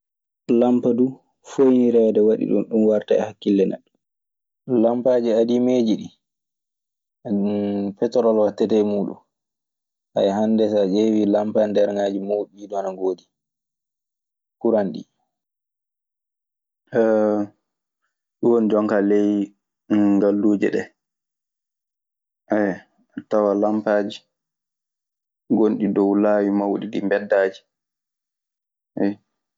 Lampa du fooyinireede waɗi ɗun, ɗun warata e hakkille neɗɗo. Lampaaji adiimeeji ɗii, petorol waɗetee e muuɗun. Haya, hannde so a ƴeewi lampa nderŋaaji muuɗun, ɗii du ana ngoodi. Ɗi kuran ɗii. Ɗun woni jonkaa ley ngalluuje ɗee. A tawan lampaaji gonɗi dow laawi mawɗi ɗii, mbeddaaji. Ayyo.